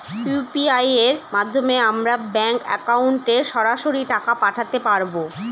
UPI এর মাধ্যমে আমরা ব্যাঙ্ক একাউন্টে সরাসরি টাকা পাঠাতে পারবো?